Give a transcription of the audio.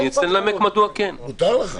אומר לכם מדוע כן לדעתי.